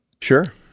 sure